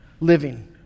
living